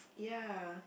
ya